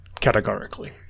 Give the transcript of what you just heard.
Categorically